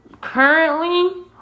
Currently